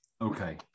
okay